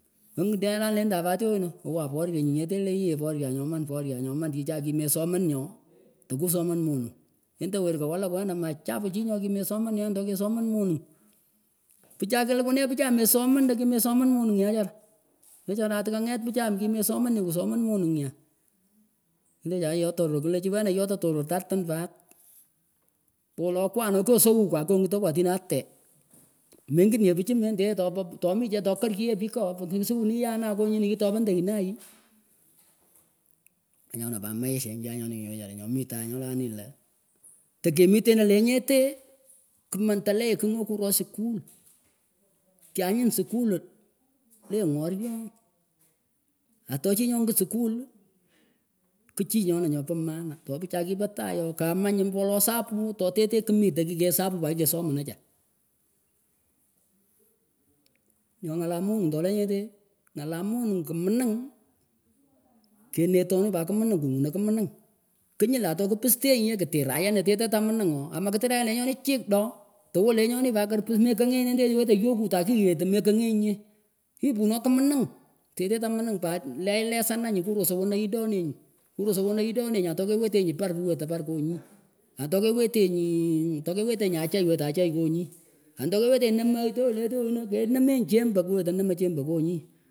Angityenyanih lendah pat tyonah awah poryah nyeteh leh yeh aporyan nyoman poryah nyoman chichah kimesomenyoh takusoman monugh endah werka walak wenah majab chih nyomekisomannyah toh kesoman monigh pchah kilikuneh pchah mesomen tah makisoan moning acharah wechara atahkanyet pchah kimesomen monigh nyah klechah yoh torot kleh chi yotah torot artin pat mbo wolo akwah no kyosoukwah kyongitakwah tinah ateh mengit nyeh pichih mendaeh toh poh toh michih torkarchiyeh pich kaaoh siuni yanah nyinih kitapondah yinah yih kanyonah pat maishanje nyonih kah wecharah nyohmitah nyohlanih lah tekemitenah lenyeteh kmandeleo kigh nyo kuroh skull kyanyin skullih leh ngoryon atochih nyoh ngit skull kchih nyunah nyopan maana topichay kih pah tagh ooh kaamanyuh mbo wolo sapuh toteteh kmitah kean sapuh pat kikesomanachah nyoh ngalah monigh tolenyeteh ngalah maning kihmning kenetonuh pat kmning kungunah kimning knyull atoh pistenyin kitirayan ateteh tah mninghooh amakatirayan lenyonih doh towahlenyonih pat karpus mekengenyey lendeh wetah yokuh takiyetuh mekengenyeh kipunoh kiming teteh tah mning pat leh lesanah nanyih kurosah wenah idonenyih kurosah wena idonenyih atokewetenyih par kiwetah par ngoh nyi atokewetenyiih atokewetenyih achay kiwetah parngoh nyih atokewetenyiih namah tyonah le tyonah kenannenyih chemba kiweta namah chemba ngoh nyih.